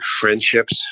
friendships